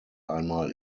einmal